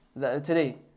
today